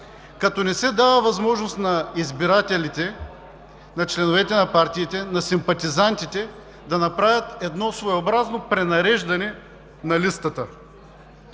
като не се дава възможност на избирателите, на членовете на партиите, на симпатизантите, да направят едно своеобразно пренареждане на листата.